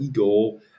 ego